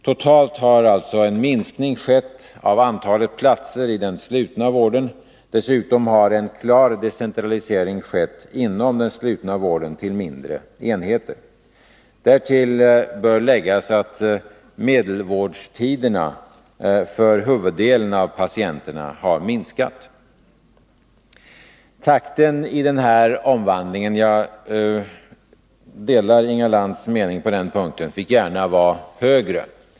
Totalt har alltså en minskning skett av antalet platser i den slutna vården. Dessutom har en klar decentralisering ägt rum inom den slutna vården till mindre enheter. Därtill bör läggas att medelvårdtiderna för huvuddelen av patienterna har minskat. Takten i denna omvandling — jag delar Inga Lantz mening på den punkten — fick gärna vara högre.